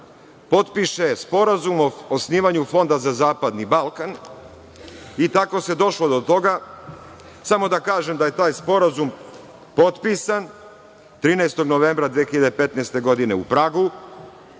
potpiše sporazum o osnovanju fonda za zapadni Balkan. Tako se došlo do toga. Samo da kažem da je taj sporazum potpisan 13. novembra 2015. godine u Pragu.